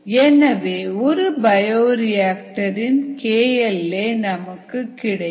எனவே ஒரு bioreactor இன் kL a நமக்கு கிடைக்கும்